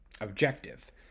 objective